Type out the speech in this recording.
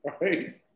right